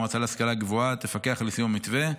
המועצה להשכלה גבוהה תפקח על יישום המתווה,